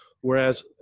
Whereas